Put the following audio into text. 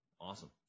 Awesome